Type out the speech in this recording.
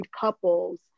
couples